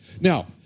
Now